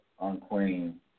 Unclean